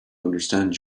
understand